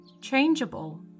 Changeable